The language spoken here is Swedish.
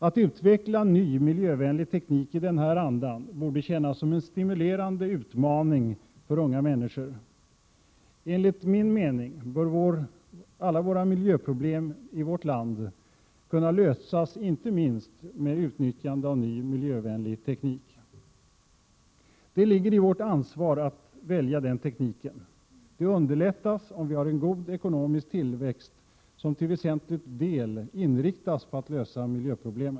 Att utveckla ny miljövänlig teknik i denna anda borde kännas som en stimulerande utmaning för unga människor. Enligt min mening bör alla miljöproblem i vårt land kunna lösas inte minst genom utnyttjande av ny miljövänlig teknik. Det ligger i vårt ansvar att välja den tekniken. Det underlättas, om vi har en god ekonomisk tillväxt, som till väsentlig del inriktas på att lösa miljöproblem.